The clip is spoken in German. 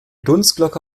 dunstglocke